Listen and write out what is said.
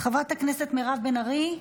חברת הכנסת מירב בן ארי,